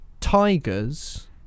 tigers